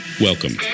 Welcome